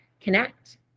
connect